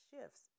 shifts